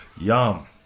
Yum